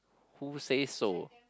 who says so